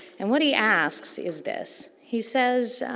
and, what he asks is this. he says,